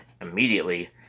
immediately